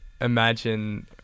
imagine